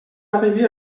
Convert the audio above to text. arrivée